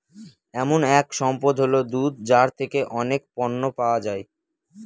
এমন এক সম্পদ হল দুধ যার থেকে অনেক পণ্য পাওয়া যায়